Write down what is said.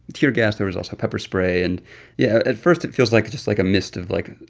tear gas. there was also pepper spray. and yeah, at first, it feels like it just like a mist of, like,